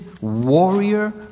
warrior